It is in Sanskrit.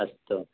अस्तु